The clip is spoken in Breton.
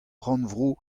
rannvro